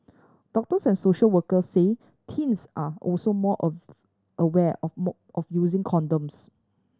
doctors and social workers say teens are also more aware of of using condoms